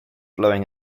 blowing